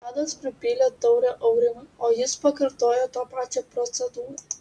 tadas pripylė taurę aurimui o jis pakartojo tą pačią procedūrą